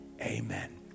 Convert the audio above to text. Amen